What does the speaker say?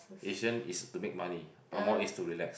Asian is to make money Angmoh is to relax